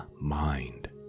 mind